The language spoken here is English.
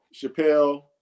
Chappelle